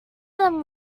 them